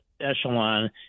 echelon